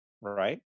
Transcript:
right